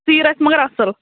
سیٖر آسہِ مَگر اَصٕل